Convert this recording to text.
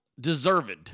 deserved